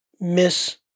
miss